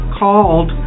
called